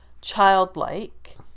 childlike